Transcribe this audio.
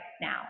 now